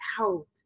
out